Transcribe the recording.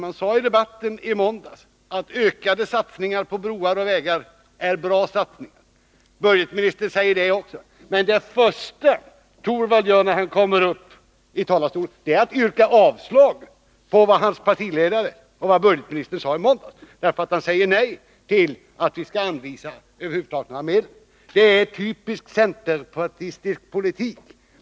Han sade ju i debatten i måndags att ökade satsningar på broar och vägar är bra satsningar. Också budgetministern säger det. Men det första Rune Torwald gör när han kommer upp i talarstolen är att yrka avslag på ett förslag som överensstämmer med vad hans partiledare och även budgetministern gav uttryck för i måndags. Rune Torwald säger nej till att vi anvisar några medel över huvud taget. Det är typisk centerpartistisk politik.